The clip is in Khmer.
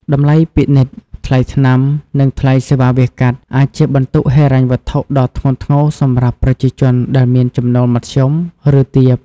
តម្លៃពិនិត្យ ថ្លៃថ្នាំ និងថ្លៃសេវាវះកាត់ អាចជាបន្ទុកហិរញ្ញវត្ថុដ៏ធ្ងន់ធ្ងរសម្រាប់ប្រជាជនដែលមានចំណូលមធ្យម ឬទាប។